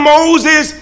Moses